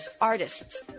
artists